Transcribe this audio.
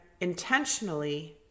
intentionally